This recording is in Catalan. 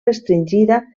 restringida